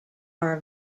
are